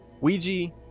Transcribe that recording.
Ouija